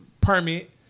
permit